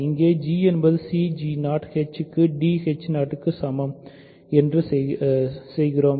இங்கே g என்பது c h க்கு d க்கு சமம் என்று செய்கிறோம்